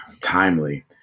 timely